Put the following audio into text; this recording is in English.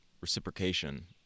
reciprocation